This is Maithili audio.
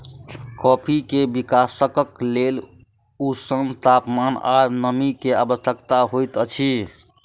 कॉफ़ी के विकासक लेल ऊष्ण तापमान आ नमी के आवश्यकता होइत अछि